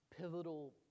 pivotal